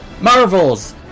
Marvel's